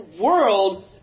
world